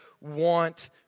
want